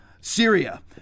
Syria